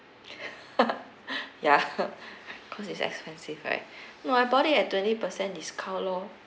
ya cause it's expensive right no I bought it at twenty percent discount lor